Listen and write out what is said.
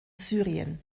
syrien